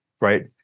right